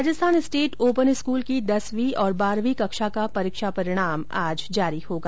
Rajasthan state open school की दसवीं और बारहवीं कक्षा का परीक्षा परिणाम आज जारी होगा